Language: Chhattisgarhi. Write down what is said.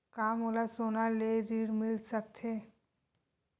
का मोला सोना ले ऋण मिल सकथे?